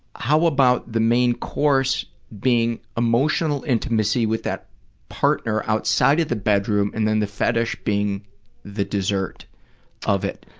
how about the main course being emotional intimacy with that partner outside of the bedroom, and then the fetish being the dessert of it?